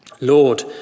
Lord